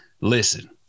Listen